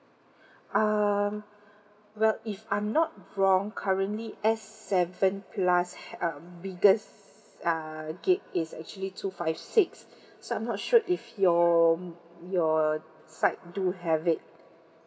um well if I'm not wrong currently S seven plus had um biggest uh gig is actually two five six so I'm not sure if your your side do have it